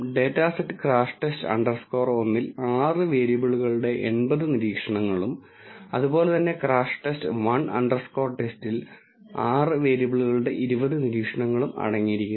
data set crash test underscore ഒന്നിൽ 6 വേരിയബിളുകളുടെ 80 നിരീക്ഷണങ്ങളും അതുപോലെ തന്നെ ക്രാഷ് ടെസ്റ്റ് 1 അണ്ടർസ്കോർ TEST ൽ 6 വേരിയബിളുകളുടെ 20 നിരീക്ഷണങ്ങളും അടങ്ങിയിരിക്കുന്നു